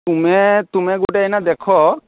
ତୁମେ ତୁମେ ଗୋଟିଏ ଏଇନା ଦେଖ